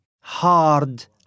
hard